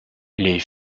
les